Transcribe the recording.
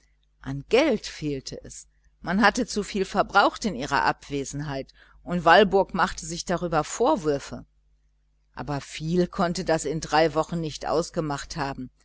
am geld fehlte es man hatte zu viel verbraucht in ihrer abwesenheit und walburg machte sich darüber vorwürfe aber viel konnte das in drei wochen nicht ausgemacht haben